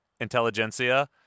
Intelligentsia